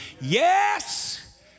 Yes